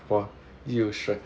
what you stress